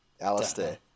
Alistair